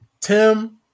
Tim